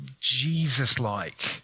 Jesus-like